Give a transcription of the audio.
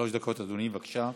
שלוש דקות, אדוני, בבקשה.